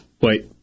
wait